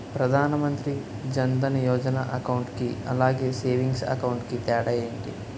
Pradhan Mantri Jan Dhan Yojana account కి అలాగే savings account కి తేడా ఏంటి?